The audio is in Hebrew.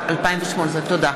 התשע"ט 2018. תודה.